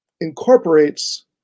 incorporates